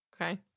Okay